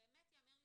באמת ייאמר לזכותכם,